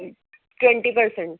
twenty per cent